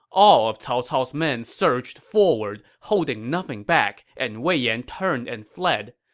all of cao cao's men surged forward, holding nothing back, and wei yan turned and fled.